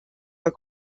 are